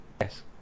Yes